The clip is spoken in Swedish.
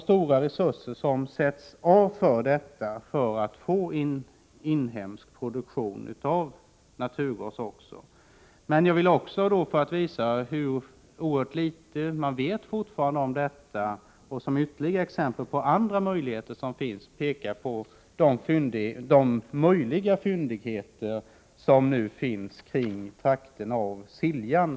Stora resurser avsätts alltså för att utveckla en inhemsk produktion av naturgas. Jag vill också för att visa hur ytterst litet man fortfarande vet om detta och som exempel på tänkbara alternativ peka på de möjliga fyndigheter som finns kring trakten av Siljan.